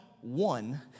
one